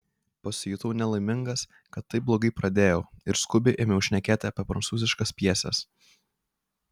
pasijutau nelaimingas kad taip blogai pradėjau ir skubiai ėmiau šnekėti apie prancūziškas pjeses